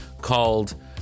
called